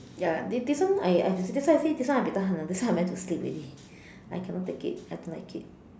ya this this one I I I that's why I say this one I buay tahan [one] that's why I went to sleep already I cannot take it I don't like it